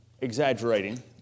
exaggerating